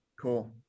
Cool